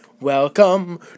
welcome